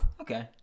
Okay